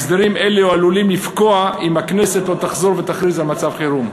הסדרים אלו עלולים לפקוע אם הכנסת לא תחזור ותכריז על מצב חירום.